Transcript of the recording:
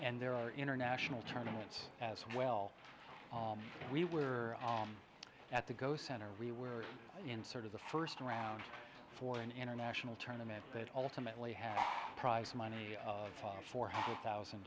and there are international tournaments as well we were at the go center we were in sort of the first round for an international tournaments that ultimately have prize money four hundred thousand